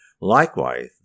Likewise